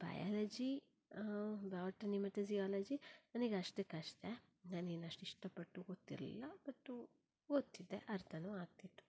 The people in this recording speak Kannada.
ಬಯಾಲಜಿ ಬಾಟನಿ ಮತ್ತು ಜಿಯೋಲಜಿ ನನಗೆ ಅಷ್ಟಕ್ಕಷ್ಟೆ ನಾನೇನು ಅಷ್ಟು ಇಷ್ಟಪಟ್ಟು ಓದ್ತಿರ್ಲಿಲ್ಲ ಬಟ್ ಓದ್ತಿದ್ದೆ ಅರ್ಥಾನೂ ಆಗ್ತಿತ್ತು